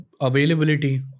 availability